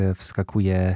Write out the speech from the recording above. wskakuje